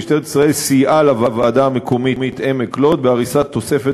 משטרת ישראל סייעה לוועדה המקומית עמק-לוד בהריסת תוספת